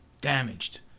damaged